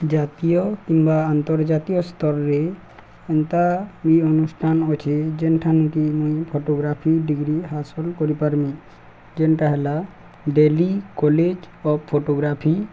ଜାତୀୟ କିମ୍ବା ଆନ୍ତର୍ଜାତୀୟ ସ୍ତରରେ ଏନ୍ତା ବି ଅନୁଷ୍ଠାନ ଅଛେ ଯେନ୍ଠାନ କି ମୁଇଁ ଫଟୋଗ୍ରାଫି ଡିଗ୍ରୀ ହାସଲ କରିପାରମି ଯେନ୍ଟା ହେଲା ଡେଲୀ କଲେଜ୍ ଅଫ୍ ଫଟୋଗ୍ରାଫି